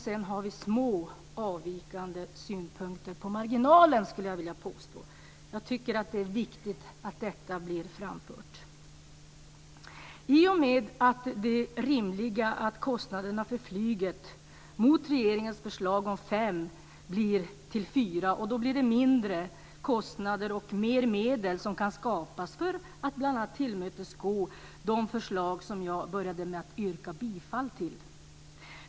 Sedan har vi små avvikande synpunkter på marginalen. Jag tycker att det är viktigt att detta blir framfört. I och med att antalet flygflottiljer blir fyra i stället för fem, som var regeringens förslag, blir kostnaderna mindre. Mer medel kan då skapas för att bl.a. tillmötesgå de förslag som jag började med att yrka bifall till.